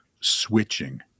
switching